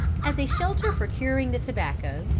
as a shelter for curing the tobacco,